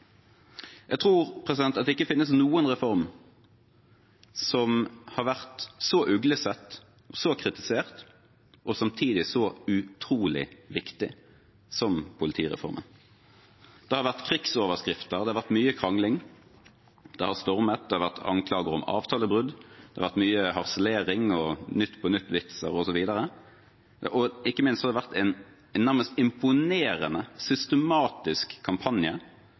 Jeg tror at det ikke finnes noen reform som har vært så uglesett, så kritisert og samtidig så utrolig viktig som politireformen. Det har vært krigsoverskrifter. Det har vært mye krangling. Det har stormet. Det har vært anklager om avtalebrudd. Det har vært mye harselering og Nytt på nytt-vitser osv. Ikke minst har det vært en nærmest imponerende systematisk kampanje